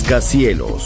Cielos